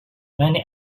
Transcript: many